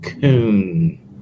Coon